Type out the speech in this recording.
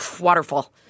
waterfall